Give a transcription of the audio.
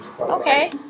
Okay